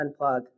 unplug